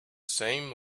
same